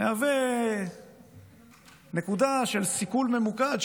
מהווה נקודה של סיכול ממוקד,